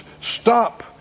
stop